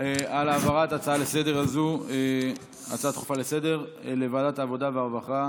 על העברת ההצעה הדחופה לסדר-היום לוועדת העבודה והרווחה